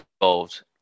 involved